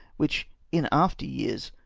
which, in after years,